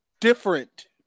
different